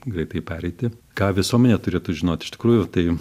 greitai pereiti ką visuomenė turėtų žinot iš tikrųjų tai